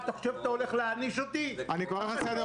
זו בדיוק התוצאה.